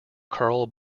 carl